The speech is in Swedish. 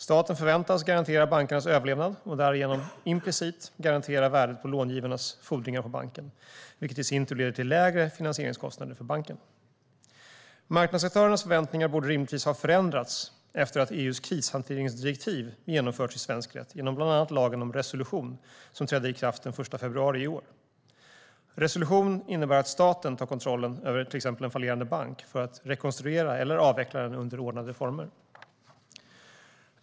Staten förväntas garantera bankens överlevnad och därigenom implicit garantera värdet på långivarnas fordringar på banken, vilket i sin tur leder till lägre finansieringskostnader för banken. Marknadsaktörernas förväntningar borde rimligtvis ha förändrats efter att EU:s krishanteringsdirektiv genomförts i svensk rätt genom bland annat lagen om resolution, som trädde i kraft den 1 februari i år. Resolution innebär att staten tar kontrollen över till exempel en fallerande bank för att rekonstruera eller avveckla den under ordnade former.